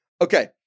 Okay